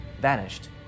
vanished